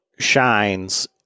shines